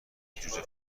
جوجه